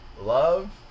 love